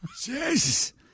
Jesus